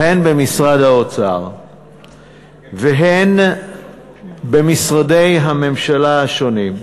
הן במשרד האוצר והן במשרדי הממשלה השונים,